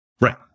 Right